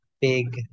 big